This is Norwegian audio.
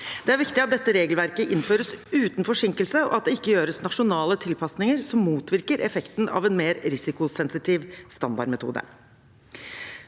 Det er viktig at dette regelverket innføres uten forsinkelse, og at det ikke gjøres nasjonale tilpasninger som motvirker effekten av en mer risikosensitiv standardmetode.